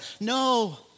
No